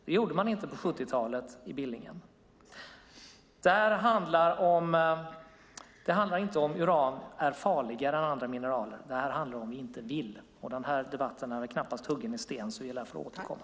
Det gjorde man inte på 70-talet i Billingen. Det handlar inte om ifall uran är farligare än andra mineraler. Det handlar om att inte vilja. Den här debatten är knappast huggen i sten så vi lär få återkomma.